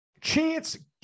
chance